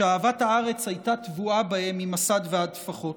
שאהבת הארץ הייתה טבועה בהם ממסד ועד טפחות: